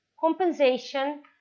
compensation